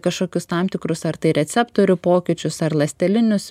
kažkokius tam tikrus ar tai receptorių pokyčius ar ląstelinius